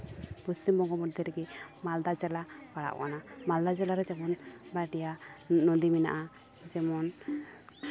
ᱯᱚᱥᱪᱤᱢᱵᱚᱝᱜᱚ ᱢᱚᱫᱽᱫᱷᱮ ᱨᱮᱜᱮ ᱢᱟᱞᱫᱟ ᱡᱮᱞᱟ ᱯᱟᱲᱟᱜ ᱠᱟᱱᱟ ᱢᱟᱞᱫᱟ ᱡᱮᱞᱟᱨᱮ ᱡᱮᱢᱚᱱ ᱵᱟᱴᱤᱭᱟ ᱱᱚᱫᱤ ᱢᱮᱱᱟᱜᱼᱟ ᱡᱮᱢᱚᱱ